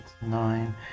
nine